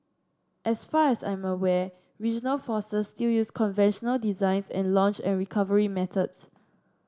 as far as I am aware regional forces still use conventional designs and launch and recovery methods